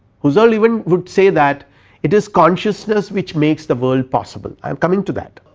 husserl even would say that it is consciousness which makes the world possible i am coming to that.